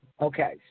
Okay